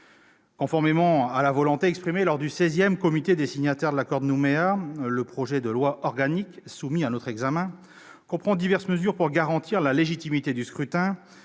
Conformément à la volonté exprimée lors du XVI comité des signataires de l'accord de Nouméa, le projet de loi organique soumis à notre examen comprend diverses mesures pour garantir la légitimité du scrutin